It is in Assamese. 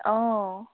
অঁ